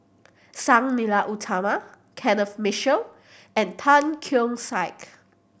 Sang Nila Utama Kenneth Mitchell and Tan Keong Saik